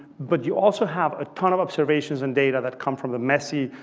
but you also have a ton of observations and data that come from the messy,